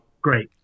great